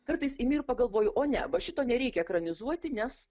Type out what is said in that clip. kartais imi ir pagalvoji o ne šito nereikia ekranizuoti nes